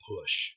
push